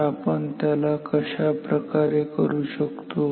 तर आपण त्याला कशा प्रकारे करू शकतो